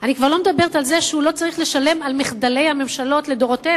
ואני כבר לא מדברת על זה שהוא לא צריך לשלם על מחדלי הממשלות לדורותיהן,